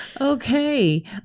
Okay